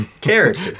character